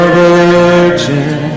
virgin